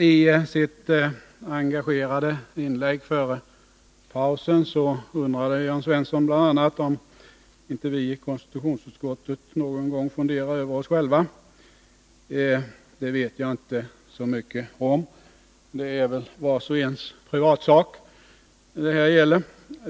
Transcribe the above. I sitt engagerade inlägg före pausen undrade Jörn Svensson bl.a. om inte vi i konstitutionsutskottet någon gång funderar över oss själva. Det vet jag inte så mycket om — det är väl vars och ens privatsak.